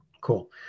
Cool